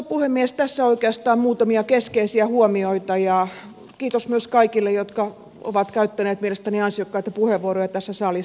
tässä oikeastaan muutamia keskeisiä huomioita ja kiitos myös kaikille jotka ovat käyttäneet mielestäni ansiokkaita puheenvuoroja tässä salissa